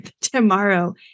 tomorrow